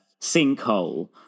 Sinkhole